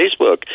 Facebook